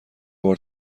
بار